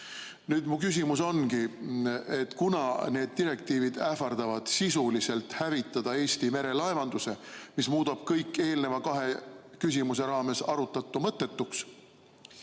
Nüüd mu küsimus ongi, et kuna need direktiivid ähvardavad sisuliselt hävitada Eesti merelaevanduse, mis muudab kõik eelneva kahe küsimuse raames arutatu mõttetuks,